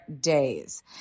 days